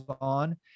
on